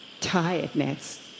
tiredness